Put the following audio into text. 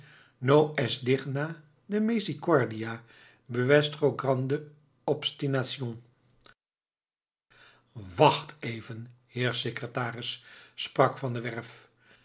es digna de mesericordia buestro grande obstinacion wacht even heer secretaris sprak van der werff